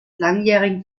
langjährigen